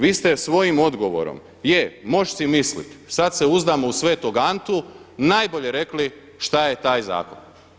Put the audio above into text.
Vi ste svojim odgovorom, „Je, moš' si misliti, sada se uzdamo u Svetog Antu“ najbolje rekli šta je taj zakon.